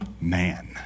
man